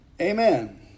Amen